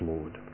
Lord